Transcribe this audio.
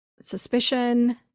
suspicion